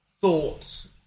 thoughts